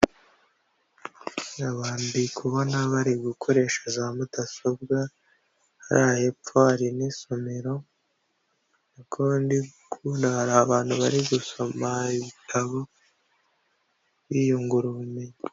Abandi ndi kubona bari gukoresha za mudasobwa hariya hepfo hari n'isomero uko ndi kubona, hari abantu bari gusoma ibitabo biyungura ubumenyi.